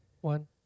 one